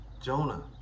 Jonah